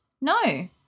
No